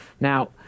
now